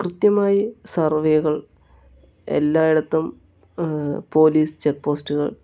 കൃത്യമായി സർവ്വേകൾ എല്ലായിടത്തും പോലീസ് ചെക്ക് പോസ്റ്റുകൾ